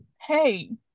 Hey